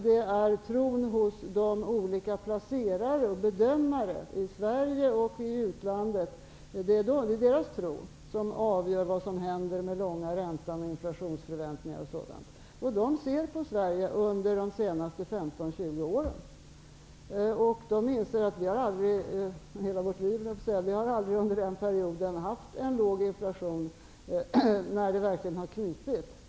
Det är tron hos olika placerare och bedömare i Sverige och i utlandet som avgör vad som händer med den långa räntan, inflationsförväntningar och sådant. De ser på hur det har varit i Sverige under de senaste 15-20 åren. De inser att vi aldrig under den perioden har haft en låg inflation när det verkligen har knipit.